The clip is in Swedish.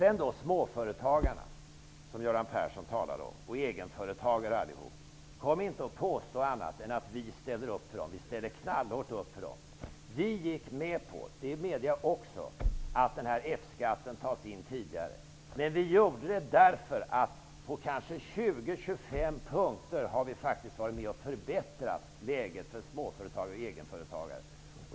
Vidare talade Göran Persson om småföretagare och egenföretagare. Kom inte och påstå annat än att vi ställer upp för dem. Vi ställer knallhårt upp för dem! Jag medger att vi gick med på att F-skatten skall tas in tidigare. Men vi gjorde det därför att vi på 20--25 punkter faktiskt har varit med om att förbättra läget för småföretagare och egenföretagare.